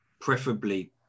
preferably